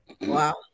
Wow